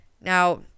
Now